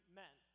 men